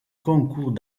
concours